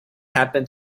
happen